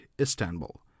Istanbul